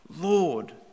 Lord